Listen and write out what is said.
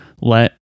let